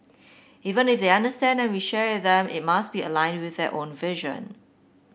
even if they understand and we share with them it must be aligned with their own vision